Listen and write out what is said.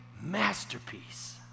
masterpiece